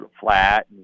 flat